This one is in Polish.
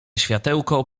światełko